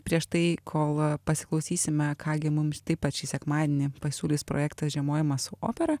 prieš tai kol pasiklausysime ką gi mums taip pat šį sekmadienį pasiūlys projektas žiemojimas su opera